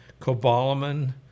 cobalamin